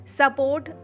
support